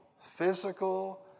physical